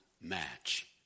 match